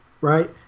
right